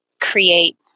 create